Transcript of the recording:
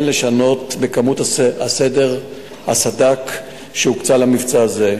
לשנות בכמות הסד"כ שהוקצה למבצע הזה.